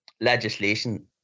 legislation